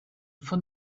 for